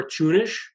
cartoonish